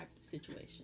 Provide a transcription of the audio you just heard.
situation